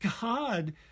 God